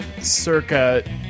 circa